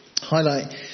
highlight